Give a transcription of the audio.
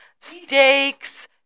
steaks